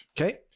Okay